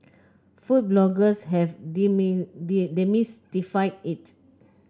food bloggers have demystified it